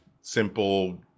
simple